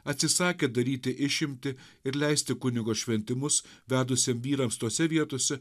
atsisakė daryti išimtį ir leisti kunigo šventimus vedusiem vyrams tose vietose